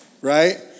right